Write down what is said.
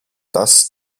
das